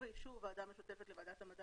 "ובאישור הוועדה המשותפת לוועדת המדע